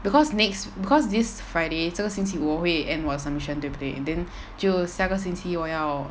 because next because this friday so 星期五我会 end 我的 submission 对不对 and then 就下个星期我要